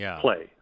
play